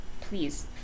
please